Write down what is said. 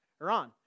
Iran